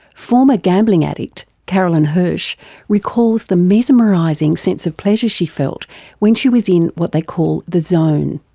former gambling addict carolyn hirsh recalls the mesmerising sense of pleasure she felt when she was in what they call the zone.